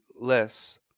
less